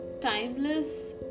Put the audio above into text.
timeless